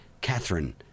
Catherine